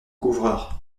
couvreur